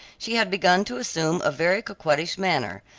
she had begun to assume a very coquettish manner.